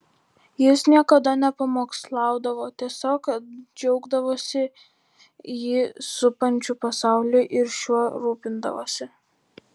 jis niekada nepamokslaudavo tiesiog džiaugdavosi jį supančiu pasauliu ir šiuo rūpindavosi